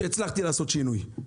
שהצלחתי לעשות שינוי.